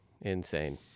insane